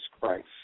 Christ